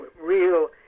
real